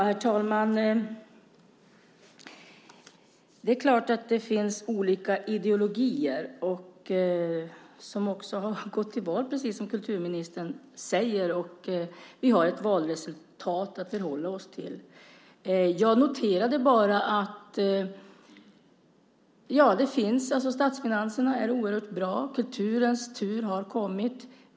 Herr talman! Det är klart att det finns olika ideologier, som också har gått till val, precis som kulturministern säger. Vi har ett valresultat att förhålla oss till. Jag noterade bara att statsfinanserna är oerhört bra. Kulturens tur har kommit.